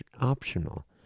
optional